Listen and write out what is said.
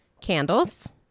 Candles